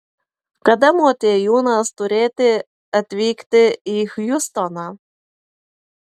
kada motiejūnas turėti atvykti į hjustoną